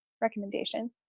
recommendation